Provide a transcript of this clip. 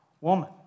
Woman